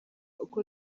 uko